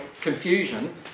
confusion